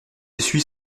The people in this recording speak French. essuie